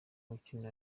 ukinira